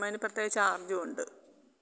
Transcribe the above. അതിന് പ്രത്യേക ചാർജും ഉണ്ട്